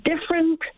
different